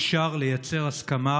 אפשר לייצר הסכמה,